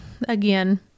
again